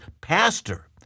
pastor